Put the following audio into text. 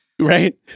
Right